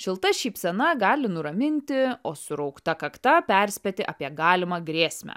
šilta šypsena gali nuraminti o suraukta kakta perspėti apie galimą grėsmę